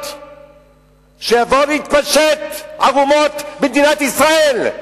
שיבואו להתפשט ערומות במדינת ישראל?